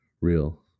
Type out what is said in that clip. real